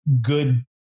good